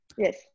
Yes